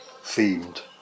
themed